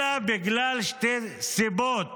אלא בגלל שתי סיבות